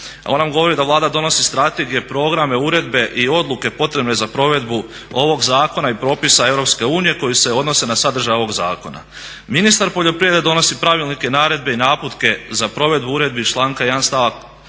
on nam govori da Vlada donosi strategije, programe, uredbe i odluke potrebne za provedbu ovog zakona i propisa Europske unije koji se odnose na sadržaj ovog zakona. Ministar poljoprivrede donosi pravilnike, naredbe i naputke za provedbu uredbi iz članka 1. stavak